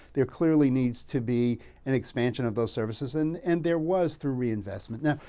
there clearly needs to be an expansion of those services, and and there was through reinvestment. now,